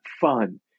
fun